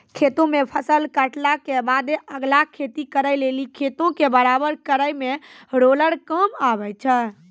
खेतो मे फसल काटला के बादे अगला खेती करे लेली खेतो के बराबर करै मे रोलर काम आबै छै